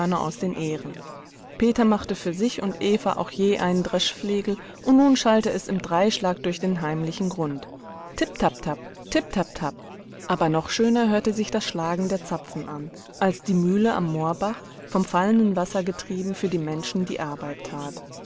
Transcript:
aus den ähren peter machte für sich und eva auch je einen dreschflegel und nun schallte es im dreischlag durch den heimlichen grund tipp tapp tapp tipp tapp tapp aber noch schöner hörte sich das schlagen der zapfen an als die mühle am moorbach vom fallenden wasser getrieben für die menschen die arbeit tat